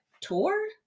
tour